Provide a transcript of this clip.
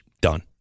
Done